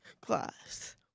class